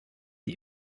die